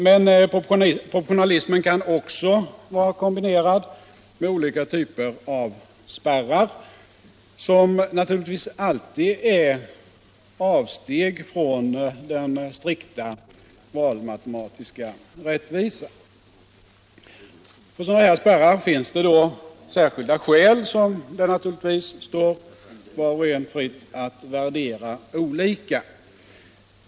Men proportionalismen kan också vara kombinerad med olika typer av spärrar, som alltid är avsteg från den strikta valmatematiska rättvisan. För sådana spärrar finns särskilda skäl som det naturligtvis står var och en fritt att värdera olika.